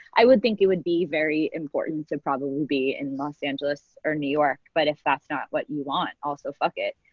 i would think it would be very important to probably be in los angeles or new york. but if that's not what you want also, fuck it.